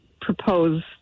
propose